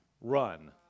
run